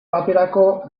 baterako